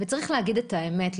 צריך להגיד את האמת,